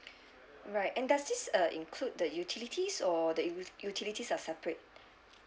right and does this uh include the utilities or the u~ utilities are separate